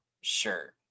sure